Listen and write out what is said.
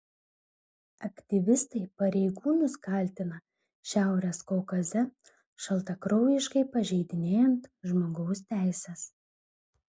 aktyvistai pareigūnus kaltina šiaurės kaukaze šaltakraujiškai pažeidinėjant žmogaus teises